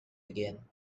again